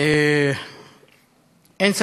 נכון.